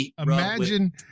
Imagine